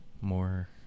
more